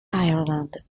ireland